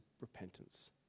repentance